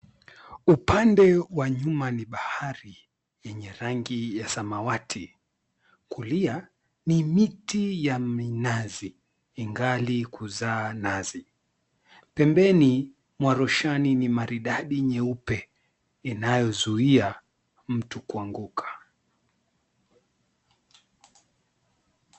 Upande wa nyuma ni bahari yenye rangi ya samawati, kulia ni miti ya minazi ingali ya kuzaa nazi. Pembeni mwa roshani ni maridadi nyeupe inayozuia mtu kuanguka.